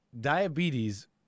diabetes